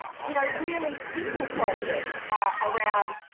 you know, really simple projects around